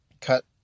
cut